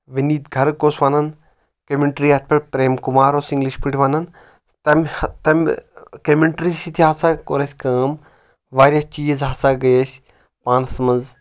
وِنیٖت گرٕک اوس ونان کیمٹری یتھ پؠٹھ پریم کُمار اوس اِنگلِش پٲٹھۍ ونان تمہِ تمہِ کیمٹری سۭتۍ ہسا کوٚر اَسہِ کٲم واریاہ چیٖز ہسا گٔے أسۍ پانس منٛز